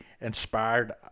inspired